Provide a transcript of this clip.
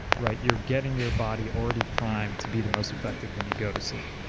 right? you're getting your body already primed to be the most effective when you go to sleep.